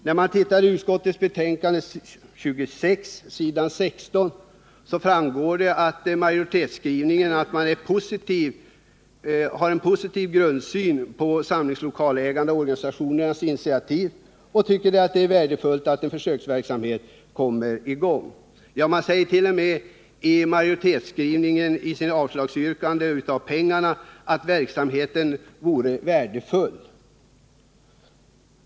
I socialutskottets betänkande nr 26 framgår det på s. 16 att majoriteten har en positiv grundsyn på de samlingslokalägande organisationernas initiativ och tycker det är värdefullt att en försöksverksamhet kommer i gång. Man säger i majoritetsskrivningen,t.o.m. i samband med att man yrkar avslag på det föreslagna anslaget, att verksamheten vore värdefull.